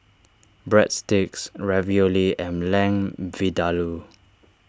Breadsticks Ravioli and Lamb Vindaloo